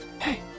Hey